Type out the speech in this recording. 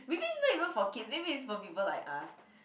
maybe is not even for kids maybe is for people like us